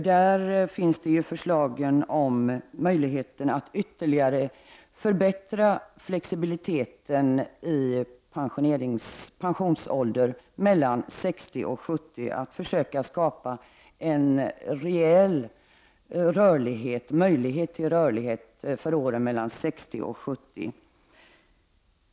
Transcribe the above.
Där föreslogs möjligheter att ytterligare förbättra flexibiliteten i pensionsåldern, ett försök att skapa en rejäl möjlighet till rörlighet för åren mellan 60 och 70.